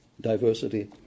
diversity